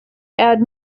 add